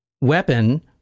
weapon